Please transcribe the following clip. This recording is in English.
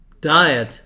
Diet